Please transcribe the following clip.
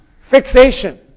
Fixation